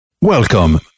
Welcome